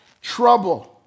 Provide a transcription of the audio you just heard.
trouble